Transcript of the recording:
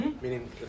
Meaning